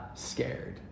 scared